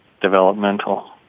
developmental